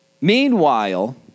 Meanwhile